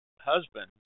husband